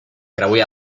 creuer